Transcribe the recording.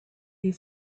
you